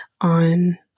on